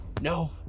No